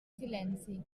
silenci